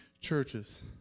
churches